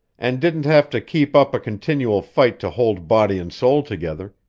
and didn't have to keep up a continual fight to hold body and soul together,